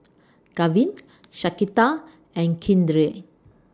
Gavin Shaquita and Keandre